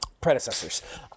Predecessors